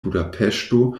budapeŝto